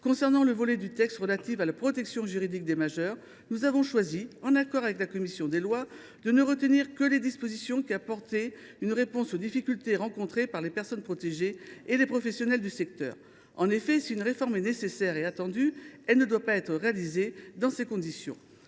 concerne le volet du texte relatif à la protection juridique des majeurs, la commission des affaires sociales a choisi, en accord avec la commission des lois, de ne retenir que les dispositions apportant une réponse aux difficultés rencontrées par les personnes protégées et les professionnels du secteur. En effet, si une réforme est nécessaire et attendue, elle ne doit pas être réalisée dans ces conditions.